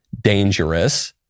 dangerous